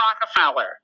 Rockefeller